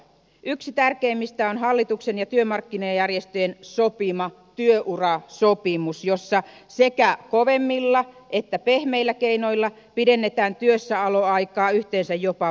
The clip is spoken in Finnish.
yksi tärkeimmistä on hallituksen ja työmarkkinajärjestöjen sopima työurasopimus jossa sekä kovemmilla että pehmeillä keinoilla pidennetään työssäoloaikaa yhteensä jopa vuodella